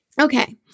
Okay